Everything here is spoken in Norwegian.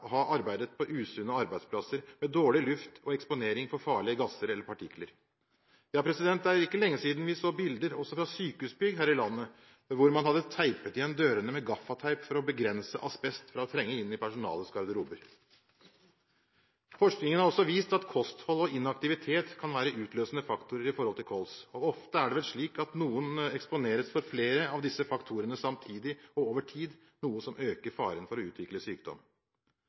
ha arbeidet på usunne arbeidsplasser med dårlig luft og eksponering for farlige gasser eller partikler. Det er ikke lenge siden vi så bilder også fra sykehusbygg her i landet hvor man hadde tapet igjen dørene med gaffatape for å begrense asbest fra å trenge inn i personalets garderobe. Forskning har også vist at kosthold og inaktivitet kan være utløsende faktorer for kols, og ofte er det vel slik at noen eksponeres for flere av disse faktorene samtidig og over tid, noe som øker faren for å utvikle sykdom.